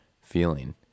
feeling